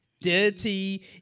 dirty